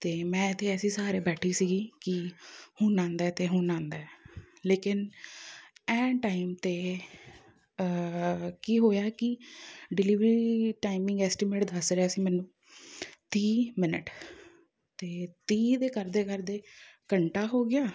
ਅਤੇ ਮੈਂ ਇੱਥੇ ਇਸੀ ਸਹਾਰੇ ਬੈਠੀ ਸੀਗੀ ਕਿ ਹੁਣ ਆਉਂਦਾ ਅਤੇ ਹੁਣ ਆਉਂਦਾ ਲੇਕਿਨ ਐਂਨ ਟਾਈਮ 'ਤੇ ਕੀ ਹੋਇਆ ਕਿ ਡਿਲੀਵਰੀ ਟਾਈਮਿੰਗ ਐਸਟੀਮੇਟ ਦੱਸ ਰਿਹਾ ਸੀ ਮੈਨੂੰ ਤੀਹ ਮਿੰਨਟ ਅਤੇ ਤੀਹ ਦੇ ਕਰਦੇ ਕਰਦੇ ਘੰਟਾ ਹੋ ਗਿਆ